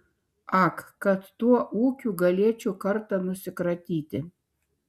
ak kad tuo ūkiu galėčiau kartą nusikratyti